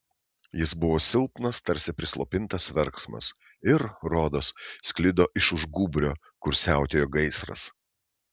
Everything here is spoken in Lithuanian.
jis buvo silpnas tarsi prislopintas verksmas ir rodos sklido iš už gūbrio kur siautėjo gaisras